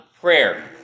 prayer